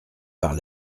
par